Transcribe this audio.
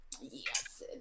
Yes